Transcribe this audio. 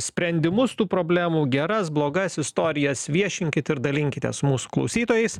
sprendimus tų problemų geras blogas istorijas viešinkit ir dalinkitės mūsų klausytojais